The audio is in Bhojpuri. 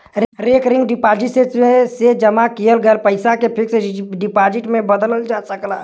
रेकरिंग डिपाजिट से जमा किहल गयल पइसा के फिक्स डिपाजिट में बदलल जा सकला